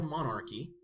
Monarchy